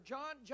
John